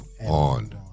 on